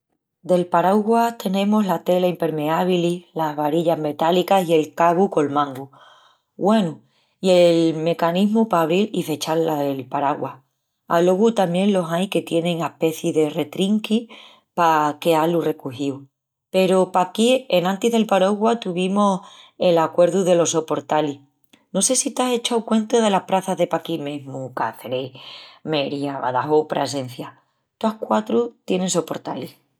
Del parauguas tenemus la tela impermeabli, las varillas metálicas i el cabu col mangu. Gúenu, i el mecanismu pa abril i fechal el parauguas. Alogu tamién los ain que tienin aspeci de retrinqui pa queá-lu recogíu. Peru paquí enantis del parauguas tuvimus el acuerdu delos soportalis. No sé si t'´echau cuenta delas praças de paquí, mesmu Caçris, Méria, Badajó o Prasencia. Toas quatru tienin soportalis.